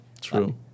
true